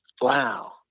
Wow